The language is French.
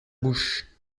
bouche